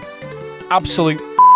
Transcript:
Absolute